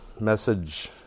message